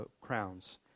crowns